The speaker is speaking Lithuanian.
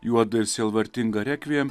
juodą ir sielvartingą rekviem